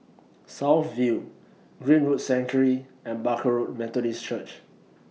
South View Greenwood Sanctuary and Barker Road Methodist Church